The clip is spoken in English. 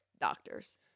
doctors